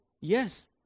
yes